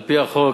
על-פי החוק,